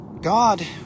God